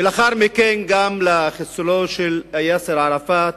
ולאחר מכן, גם לחיסולו של יאסר ערפאת,